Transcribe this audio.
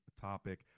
topic